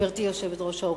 גברתי יושבת-ראש האופוזיציה,